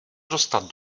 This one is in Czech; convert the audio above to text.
dostat